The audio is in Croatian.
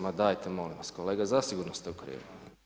Ma dajte, molim vas kolega, zasigurno ste u krivu.